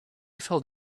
felt